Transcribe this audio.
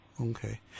Okay